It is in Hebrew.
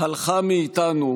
הלכה מאיתנו,